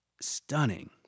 stunning